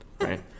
right